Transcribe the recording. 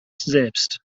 selbst